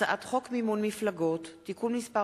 הצעת חוק שירות ביטחון (תיקון מס'